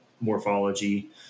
morphology